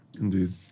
indeed